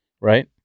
Right